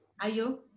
Ayo